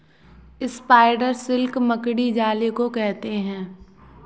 spider silk मकड़ी जाले को कहते हैं